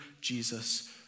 Jesus